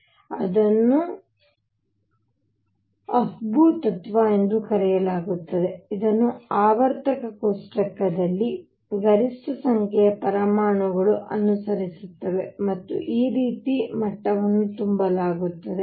ಆದ್ದರಿಂದ ಇದನ್ನು ಅಫ್ಬೌ ತತ್ವ ಎಂದು ಕರೆಯಲಾಗುತ್ತದೆ ಇದನ್ನು ಆವರ್ತಕ ಕೋಷ್ಟಕದಲ್ಲಿ ಗರಿಷ್ಠ ಸಂಖ್ಯೆಯ ಪರಮಾಣುಗಳು ಅನುಸರಿಸುತ್ತವೆ ಮತ್ತು ಈ ರೀತಿ ಮಟ್ಟವನ್ನು ತುಂಬಲಾಗುತ್ತದೆ